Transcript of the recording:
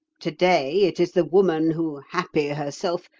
today, it is the woman who, happy herself,